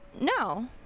No